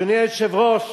אדוני היושב-ראש,